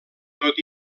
tot